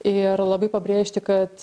ir labai pabrėžti kad